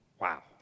Wow